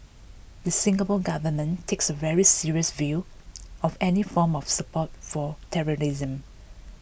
the Singapore Government takes a very serious view of any form of support for terrorism